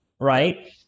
right